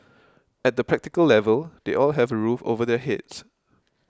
at the practical level they all have a roof over their heads